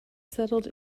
settled